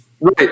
right